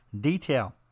Detail